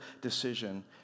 decision